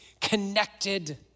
connected